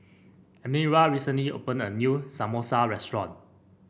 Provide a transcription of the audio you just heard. Elmyra recently opened a new Samosa restaurant